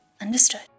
understood